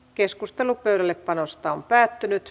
keskustelu pöydällepanosta päättyi